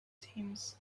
teams